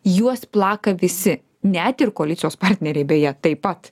juos plaka visi net ir koalicijos partneriai beje taip pat